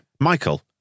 Michael